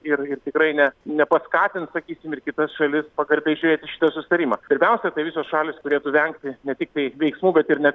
ir ir tikrai ne nepaskatins sakysim ir kitas šalis pagarbiai žiūrėt į šitą susitarimą pirmiausia tai visos šalys turėtų vengti ne tiktai veiksmų bet ir net